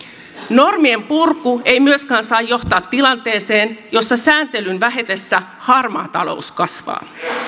normien purku ei myöskään saa johtaa tilanteeseen jossa sääntelyn vähetessä harmaa talous kasvaa